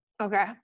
Okay